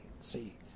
see